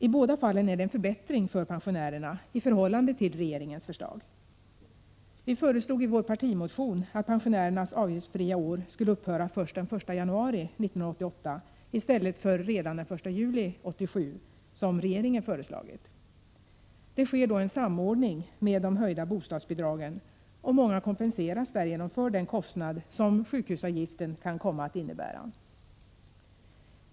I båda fallen är det en förbättring för pensionärerna i förhållande till regeringens förslag. Vi föreslog i vår partimotion att pensionärernas avgiftsfria år skulle upphöra först den 1 januari 1988 i stället för redan den 1 juli 1987, som regeringen föreslagit. Det sker då en samordning med de höjda bostadsbidragen, och många kompenseras därigenom för den kostnad som sjukhusavgiften kan komma att innebära.